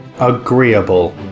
Agreeable